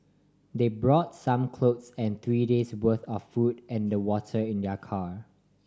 they brought some clothes and three days' worth of food and water in their car